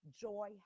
joy